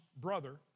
brother